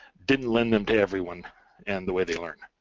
didn't lend them to everyone and the way they learn.